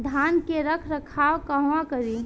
धान के रख रखाव कहवा करी?